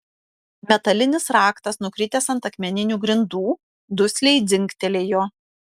metalinis raktas nukritęs ant akmeninių grindų dusliai dzingtelėjo